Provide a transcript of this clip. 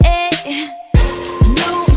New